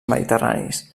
mediterranis